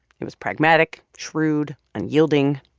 it was pragmatic, shrewd, unyielding,